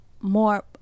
more